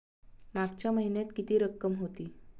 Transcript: मागच्या महिन्यात किती रक्कम होती?